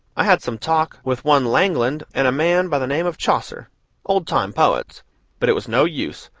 i had some talk with one langland and a man by the name of chaucer old-time poets but it was no use,